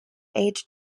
age